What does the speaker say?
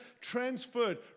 Transferred